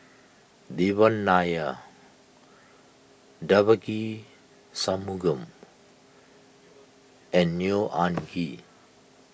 Devan Nair Devagi Sanmugam and Neo Anngee